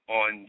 on